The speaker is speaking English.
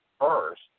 first